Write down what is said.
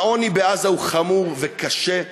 העוני בעזה הוא חמור וקשה,